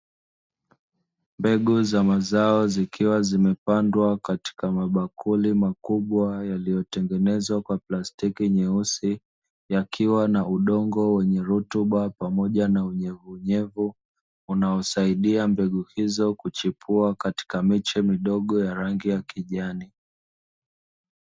Mbegu za mazao zikiwa zimepandwa katika mabakuri makubwa yaliyotengenezwa kwa plastiki, yakiwa na udongo wenye rutuba pamoja na unyevuunyevu unaosaidia mbegu hizo kuchipua katika miche midogo ya rangi ya kijani.